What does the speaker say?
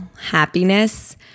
happiness